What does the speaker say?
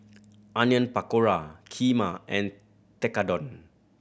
Onion Pakora Kheema and Tekkadon